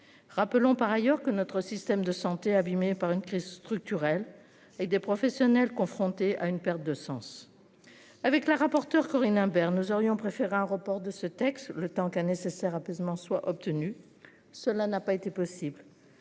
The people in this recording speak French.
Rappelons par ailleurs que notre système de santé abîmé par une crise structurelle et des professionnels confrontés à une perte de sens. Avec la rapporteure Corinne Imbert. Nous aurions préféré un report de ce texte, le temps qu'un nécessaire apaisement soit obtenu. Cela n'a pas été possible.